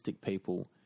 people